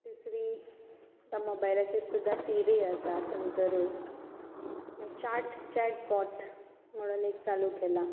मोबायलाचेर सुद्दां सिरी आसा मागीर चॅटबॉट म्हणून एक चालू केलां